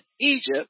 Egypt